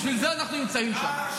בשביל זה אנחנו נמצאים שם.